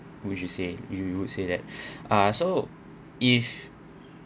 would you say you you would say that ah so if